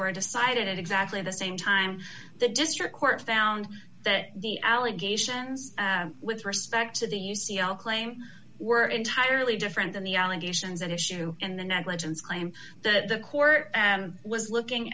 were decided at exactly the same time the district court found that the allegations with respect to the u c l claim were entirely different than the allegations at issue and the negligence claim that the court was looking